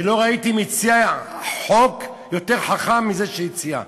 ולא ראיתי מציע חוק יותר חכם מזה שהציע,